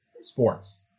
sports